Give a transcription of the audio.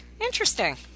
interesting